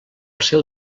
seu